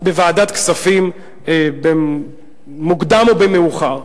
בוועדת הכספים, במוקדם או במאוחר.